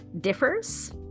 differs